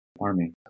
army